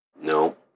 No